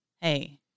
Hey